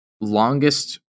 Longest